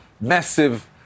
massive